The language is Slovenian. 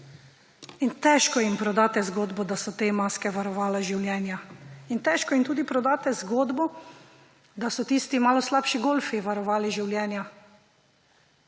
in težko jim prodate zgodbo, da so te maske varovale življenja in težko jim tudi prodate zgodbo, da so tisti malo slabši golfi varovali življenja.